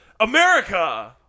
America